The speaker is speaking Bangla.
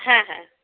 হ্যাঁ হ্যাঁ